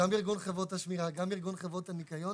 גם בארגון חברות השמירה וגם בארגון חברות הניקיון,